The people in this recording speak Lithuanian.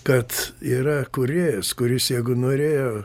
kad yra kūrėjas kuris jeigu norėjo